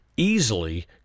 easily